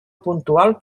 puntual